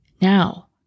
Now